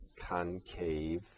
concave